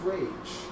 Rage